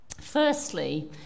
Firstly